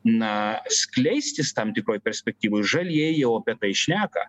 na skleistis tam tikroj perspektyvoj žalieji jau apie tai šneka